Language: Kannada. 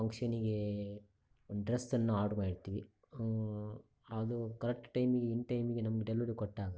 ಫಂಕ್ಷನಿಗೆ ಒಂದು ಡ್ರೆಸ್ಸನ್ನು ಆರ್ಡ್ರ್ ಮಾಡಿರ್ತೀವಿ ಅದು ಕರೆಕ್ಟ್ ಟೈಮಿಗೆ ಇನ್ ಟೈಮಿಗೆ ನಮ್ಗೆ ಡೆಲಿವರಿ ಕೊಟ್ಟಾಗ